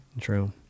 True